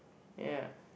ya